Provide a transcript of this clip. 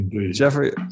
Jeffrey